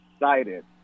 excited